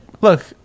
look